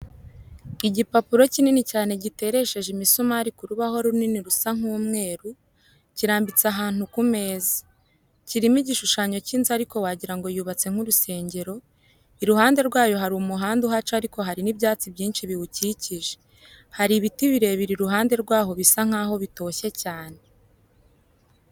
Igipapuro kinini cyane giteresheje imisumari ku rubaho runini rusa nk'umweru, kirambitse ahantu ku meza. Kirimo igishushanyo cy'inzu ariko wagira ngo yubatse nk'urusengero, iruhande rwayo hari umuhanda uhaca ariko hari n'ibyatsi byinshi biwukikije. Hari ibiti birebire iruhande rwaho bisa nkaho bitoshye cyane.